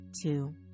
two